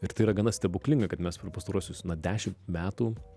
ir tai yra gana stebuklinga kad mes per pastaruosius na dešimt metų